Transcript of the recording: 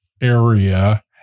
area